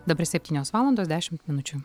dabar septynios valandos dešimt minučių